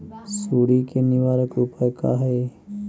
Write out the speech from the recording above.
सुंडी के निवारक उपाय का हई?